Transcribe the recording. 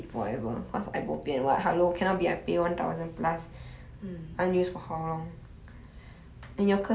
um unused for how long